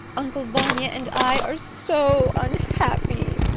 uncle vanya and i are so unhappy!